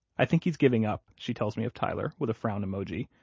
i think he's giving up, she tells me of tyler, with a frown emoji.